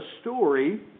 story